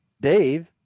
Dave